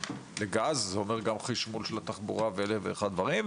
זה אומר גם חשמול של התחבורה ואלף ואחד דברים.